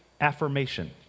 affirmation